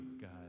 God